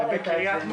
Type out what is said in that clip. זה בקרית מוריה.